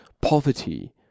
Poverty